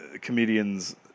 Comedians